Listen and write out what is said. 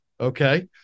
okay